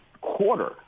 quarter